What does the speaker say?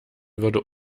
würde